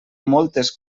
moltes